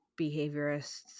behaviorists